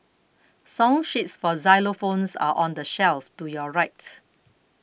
song sheets for xylophones are on the shelf to your right